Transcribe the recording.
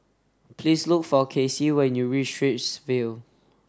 please look for Kasey when you reach Straits View